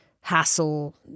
hassle